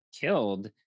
killed